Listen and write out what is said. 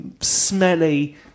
smelly